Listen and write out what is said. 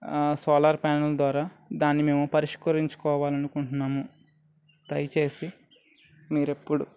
solar panel ద్వారా దాన్ని మేము పరిష్కరించుకోవాలి అనుకుంటున్నము దయచేసి మీరు ఎప్పుడు